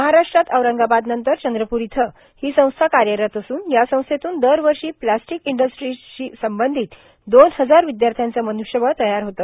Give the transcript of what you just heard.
महाराष्ट्रात औरंगाबाद नंतर चंद्रपूर इथंहो संस्था कायरत असून या संस्थेतून दरवर्षा प्लॉस्टिक इंडस्ट्रीजशी संबंधत दोन हजार र्वावद्याथ्याचे मनुष्यबळ तयार होते